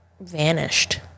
vanished